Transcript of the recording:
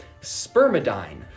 Spermidine